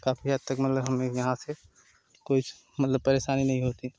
काफी हद तक मतलब हम लोग यहाँ से कुछ मतलब परेशानी नहीं होती